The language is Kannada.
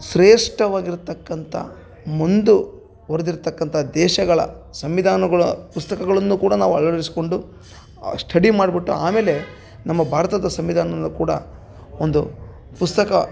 ಶ್ರೇಷ್ಠವಾಗಿರ್ತಕ್ಕಂಥ ಮುಂದುವರ್ದಿರ್ತಕ್ಕಂಥ ದೇಶಗಳ ಸಂವಿಧಾನಗಳ ಪುಸ್ತಕಗಳನ್ನು ಕೂಡ ನಾವು ಅಳವಡಿಸ್ಕೊಂಡು ಸ್ಟಡಿ ಮಾಡ್ಬಿಟ್ಟು ಆಮೇಲೆ ನಮ್ಮ ಭಾರತದ ಸಂವಿಧಾನವನ್ನು ಕೂಡ ಒಂದು ಪುಸ್ತಕ